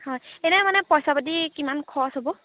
হয় এনেই মানে পইচা পাতি কিমান খৰচ হ'ব